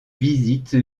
visite